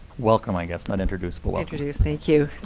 welcome, i guess, not introduce, but introduce, thank you.